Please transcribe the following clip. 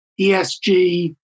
ESG